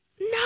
No